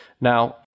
Now